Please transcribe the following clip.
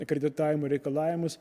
akreditavimo reikalavimus